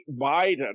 Biden